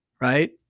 Right